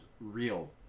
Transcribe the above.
real